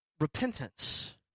repentance